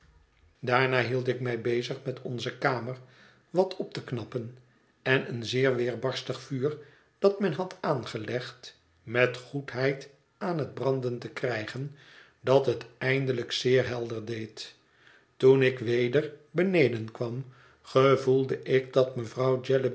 daarna hield ik mij bezig met onze kamer wat op te knappen en een zeer weerbarstig vuur dat men had aangelegd met goedheid aan het branden te krijgen dat het eindelijk zeer helder deed toen ik weder beneden kwam gevoelde ik dat mevrouw jellyby